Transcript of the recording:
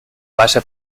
base